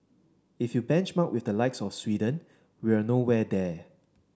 if you benchmark with the likes of Sweden we're nowhere there